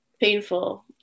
painful